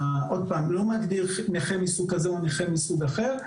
לא מגדיר נכה מסוג כזה או נכה מסוג אחר,